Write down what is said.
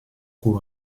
coût